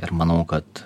ir manau kad